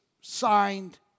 signed